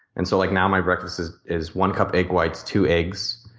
and so like now my breakfast is is one cup egg whites, two eggs,